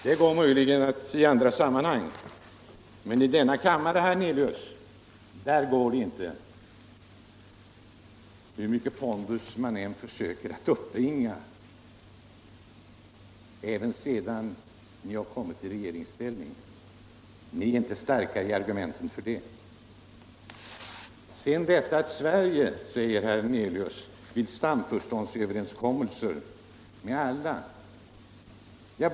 Det går möjligen i andra sammanhang, men I denna kammare går det inte. hur mycket pondus man än försöker uppbringa — även sedan ni har kommit i regeringsställning. Ni är inte starkare i argumenten för det. Sverige vill samförståndsöverenskommelser med alla. säger herr Hernelius.